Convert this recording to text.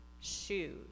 shoes